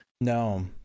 no